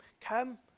come